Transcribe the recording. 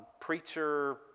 preacher